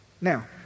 now